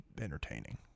entertaining